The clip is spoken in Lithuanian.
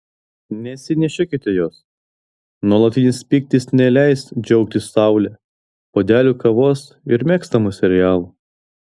nesinešiokite jos nuolatinis pyktis neleis džiaugtis saule puodeliu kavos ir mėgstamu serialu